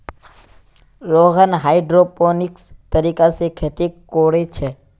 Rohan hydroponics तरीका से खेती कोरे छे